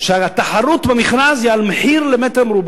כשהתחרות במכרז היא על מחיר למ"ר.